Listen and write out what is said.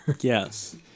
Yes